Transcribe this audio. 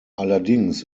allerdings